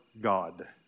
God